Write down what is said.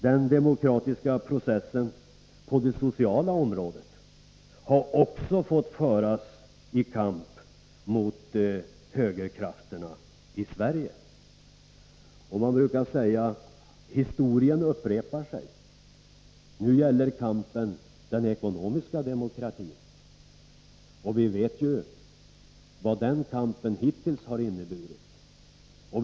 Den demokratiska processen på det sociala området har också fått föras i kamp mot högerkrafterna i Sverige. Och man brukar säga att historien upprepar sig. Nu gäller kampen den ekonomiska demokratin. Vi vet ju vad den kampen hittills har inneburit.